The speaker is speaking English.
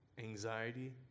anxiety